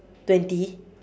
twenty